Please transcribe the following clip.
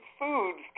foods